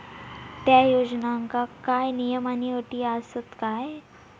त्या योजनांका काय नियम आणि अटी आसत काय?